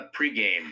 pregame